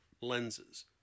lenses